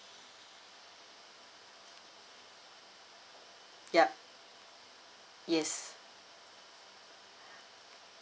yup yes